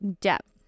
depth